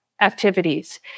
activities